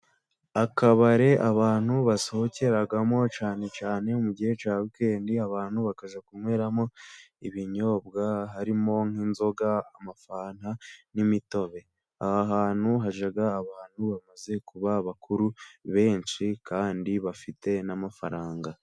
Akabare abantu basohokeramo cyane cyane mu gihe cy'impera z'icyumweru , abantu bakajya kunyweramo ibinyobwa harimo nk'inzoga, amafanta ,n'imitobe. Aha hantu hajya abantu bamaze kuba bakuru benshi kandi bafite n'amafaranga.